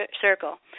Circle